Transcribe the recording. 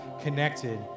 connected